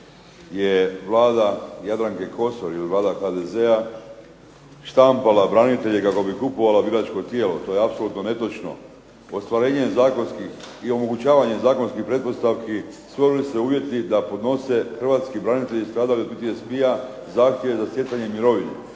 je Vlada Jadranke Kosor ili Vlada HDZ-a štampala branitelje kako bi kupovala biračko tijelo. To je apsolutno netočno. Ostvarenje zakonskih i omogućavanje zakonskih pretpostavki stvorili su se uvjeti da podnose hrvatski branitelji stradali od PTSP-a zahtjeve za stjecanje mirovine.